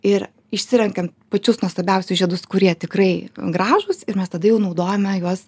ir išsirenkam pačius nuostabiausius žiedus kurie tikrai gražūs ir mes tada jau naudojame juos